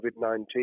COVID-19